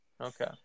Okay